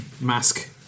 mask